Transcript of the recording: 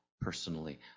Personally